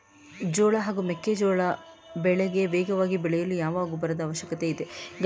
ಜೋಳ ಹಾಗೂ ಮೆಕ್ಕೆಜೋಳ ಬೆಳೆ ವೇಗವಾಗಿ ಬೆಳೆಯಲು ಯಾವ ಗೊಬ್ಬರದ ಅವಶ್ಯಕತೆ ಇದೆ?